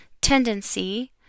tendency